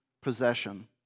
possession